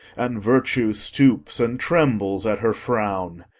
and virtue stoops and trembles at her frown.